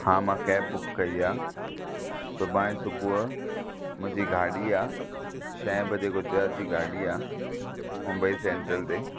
हा मां cab book कई आहे सुभाणे सुबुह जो मुंहिंजी गाॾी आहे छह बजे गुजरात जी गाॾी आहे मुम्बई सेंट्रल ते